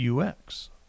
UX